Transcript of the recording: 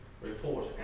report